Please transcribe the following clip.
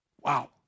Wow